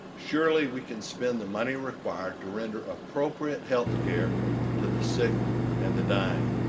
surely, we can spend the money required to render appropriate healthcare to the sick and the dying.